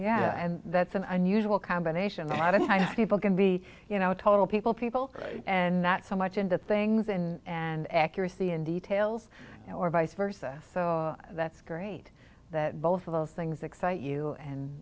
yeah and that's an unusual combination i don't know how people can be you know a total people people and that so much into things and and accuracy in details or vice versa so that's great that both of those things excite you and